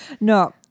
No